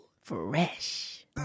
Fresh